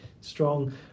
strong